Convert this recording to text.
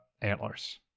antlers